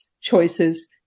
choices